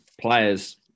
players